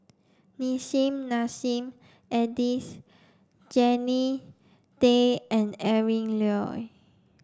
Nissim Nassim Adis Jannie Tay and Adrin Loi